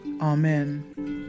Amen